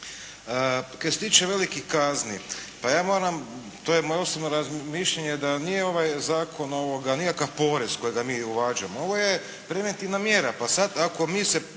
Kaj se tiče velikih kazni, pa ja moram, to je moje osobno razmišljanje, da nije ovaj zakon nikakav porez kojega mi uvađamo. Ovo je preventivna mjera. Pa sada ako mi se